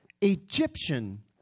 Egyptian